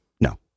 No